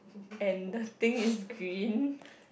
and the thing is green